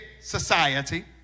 society